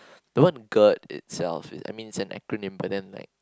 the word gerd itself is I mean it's an acronym but then like